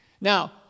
Now